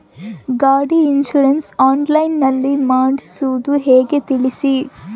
ಗಾಡಿ insurance online ನಲ್ಲಿ ಮಾಡ್ಸೋದು ಹೆಂಗ ತಿಳಿಸಿ?